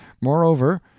Moreover